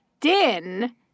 Din